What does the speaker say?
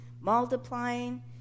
multiplying